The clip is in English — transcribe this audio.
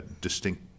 distinct